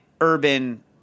urban